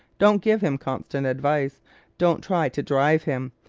don't give him constant advice don't try to drive him.